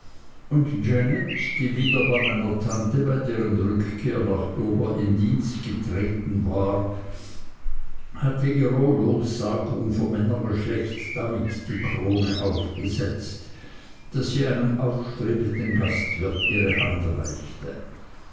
und janet die wieder bei meiner tante bei deren rückkehr nach dover in dienst getreten war hatte ihrer lossagung vom männergeschlecht damit die krone aufgesetzt daß sie einem aufstrebenden gastwirt ihre hand reichte